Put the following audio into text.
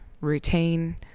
routine